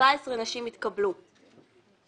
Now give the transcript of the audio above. כ-17 נשים התקבלו לעבודה.